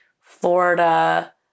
Florida